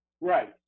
Right